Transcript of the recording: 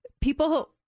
People